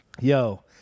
Yo